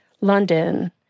London